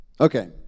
Okay